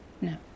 No